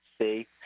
See